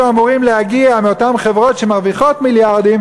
אמורים להגיע מאותן חברות שמרוויחות מיליארדים,